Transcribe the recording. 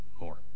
more